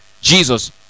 Jesus